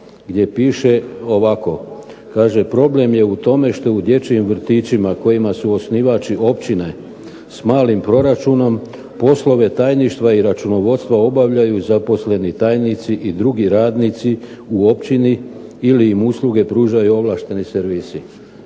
gdje piše ovako: "Problem je u tome što u dječjim vrtićima u kojima su osnivači općine s malim proračunom poslove tajništva i računovodstva obavljaju zaposleni tajnici i drugi radnici u općini ili im usluge pružaju ovlašteni servisi".